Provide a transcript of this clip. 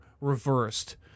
reversed